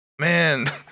Man